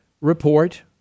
report